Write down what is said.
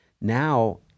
now